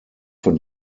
von